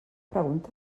pregunta